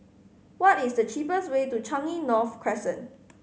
what is the cheapest way to Changi North Crescent